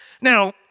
Now